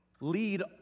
lead